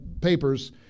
papers